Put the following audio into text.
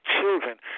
children